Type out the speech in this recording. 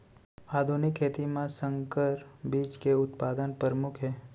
आधुनिक खेती मा संकर बीज के उत्पादन परमुख हे